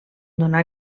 donà